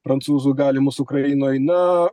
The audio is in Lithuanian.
prancūzų galimus ukrainoj na